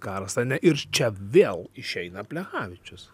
karas ane ir čia vėl išeina plechavičius